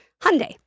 Hyundai